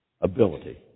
ability